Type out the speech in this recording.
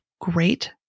great